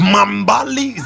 Mambali